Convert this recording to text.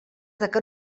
que